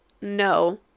no